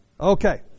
Okay